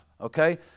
okay